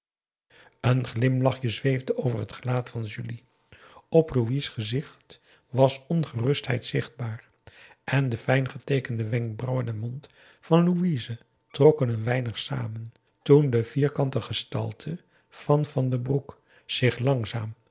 een glimlachje zweefde over het gelaat van julie op louis gezicht was ongerustheid zichtbaar en de fijn geteekende wenkbrauwen en mond van louise trokken een weinig samen toen de vierkante gestalte van van den broek zich langzaam